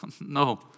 No